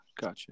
Gotcha